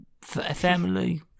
family